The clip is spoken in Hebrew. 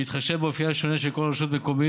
בהתחשב באופייה השונה של כל רשות מקומית